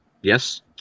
Yes